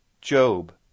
Job